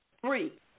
three